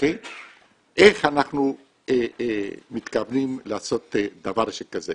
איך אנחנו מתכוונים לעשות דבר שכזה?